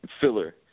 filler